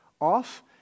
off